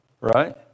right